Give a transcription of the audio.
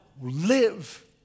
live